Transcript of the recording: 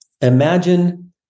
imagine